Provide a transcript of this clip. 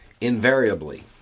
Invariably